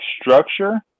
structure